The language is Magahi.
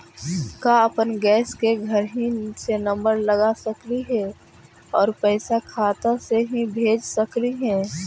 का अपन गैस के घरही से नम्बर लगा सकली हे और पैसा खाता से ही भेज सकली हे?